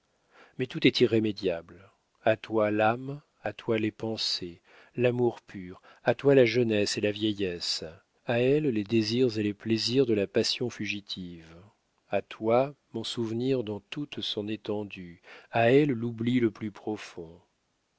mais tout est irrémédiable a toi l'âme à toi les pensées l'amour pur à toi la jeunesse et la vieillesse à elle les désirs et les plaisirs de la passion fugitive à toi mon souvenir dans toute son étendue à elle l'oubli le plus profond